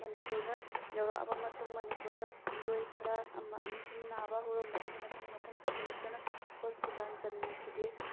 ꯃꯅꯤꯄꯨꯔꯗ ꯌꯧꯔꯛꯑꯕ ꯃꯇꯨꯡ ꯃꯅꯤꯄꯨꯔꯗ ꯃꯤꯑꯣꯏ ꯈꯔ ꯑꯃ ꯑꯅꯤ ꯁꯨꯝ ꯅꯥꯕ ꯍꯧꯔꯝꯕꯗꯒꯤ ꯃꯊꯪ ꯃꯊꯪ ꯁꯟꯗꯣꯔꯛꯇꯨꯅ ꯍꯣꯁꯄꯤꯇꯥꯟ ꯆꯟꯈꯤꯗꯦ